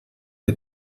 que